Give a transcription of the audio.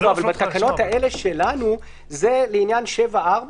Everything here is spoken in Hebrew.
אבל בתקנות האלה שלנו זה לעניין תקנה 7(4),